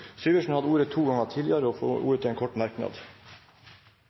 Syversen har hatt ordet to ganger tidligere og får ordet til en kort merknad,